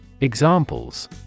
Examples